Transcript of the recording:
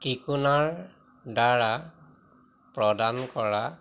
টিকোনাৰদ্বাৰা প্ৰদান কৰা